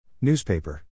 Newspaper